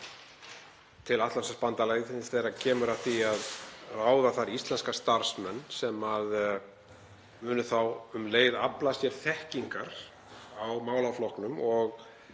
til Atlantshafsbandalagsins þegar kemur að því að ráða þar íslenska starfsmenn sem munu þá um leið afla sér þekkingar á málaflokknum og